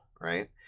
right